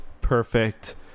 perfect